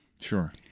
Sure